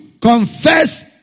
confess